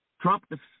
Trump